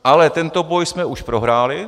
Ale tento boj jsme už prohráli.